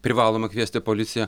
privaloma kviesti policiją